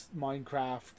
Minecraft